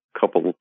couple